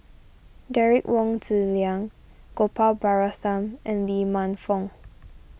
Derek Wong Zi Liang Gopal Baratham and Lee Man Fong